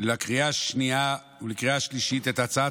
לקריאה השנייה ולקריאה השלישית את הצעת